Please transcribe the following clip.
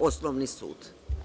Osnovni sud.